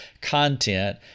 content